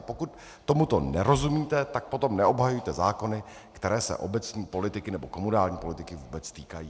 Pokud tomuto nerozumíte, tak potom neobhajujte zákony, které se obecní politiky nebo komunální politiky vůbec týkají.